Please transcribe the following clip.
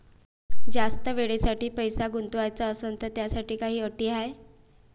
जास्त वेळेसाठी पैसा गुंतवाचा असनं त त्याच्यासाठी काही अटी हाय?